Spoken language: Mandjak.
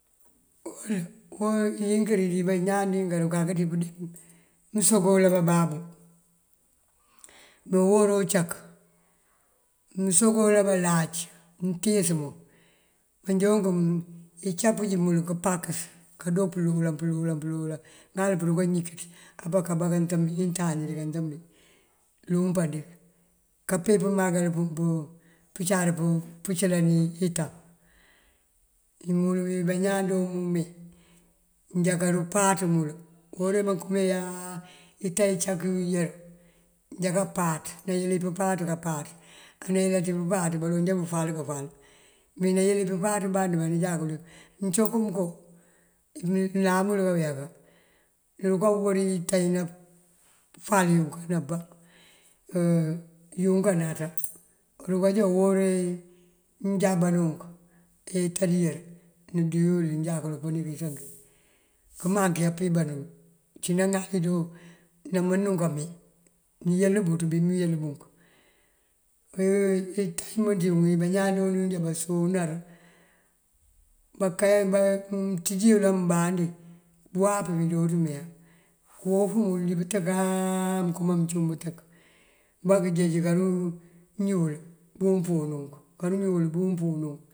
Inkiri dí bañaan dunk kak dí mëmpëndee mësobola bababú. Me uwora uncak mësobola balac mëntíis mun manjoonk icapëj mël këmpaţës kandoo pëloolan pëlolan pëlolan ŋal pëndunka ñikëţ apakabá intañ dí kantambi lumpaŋ diŋ kape pëmakël pun pëncar pëncëlani ito. Mul mí bañaan joomumee jáka rumpat mël. Uwora uwí bakëm já ito incak iyun yër jáka páaţ nayëli pëmpáaţ kampáaţ anayëlaţí pëmpáaţ baloŋ já bufal këfal. Me nayëli pëmpáaţ bandëbá nënjákul mënconko mënko mëlaŋ mël kayeka nërunka wuri ito iyí nafal iyunk anaba, yun kanaţa. Urukajá uwora uwí mënjábanunk ee ito duyër nënduwil nënjá kul pëni bí ţënkin këmaŋ keepiban nël. Uncí ŋal doo namënţú kabí nëyël bëţ bí mëyël bunk. ito imënţ yun yëli yí bañaan joonjá basonar munţíj yël ambandi pëwáap bi jooţ meyá këwof mël dí bëntënkaa mënkamaŋ mecum bëtënk bá kënjeej kuñul bí umpúun unk karuñul bí umpúun unk.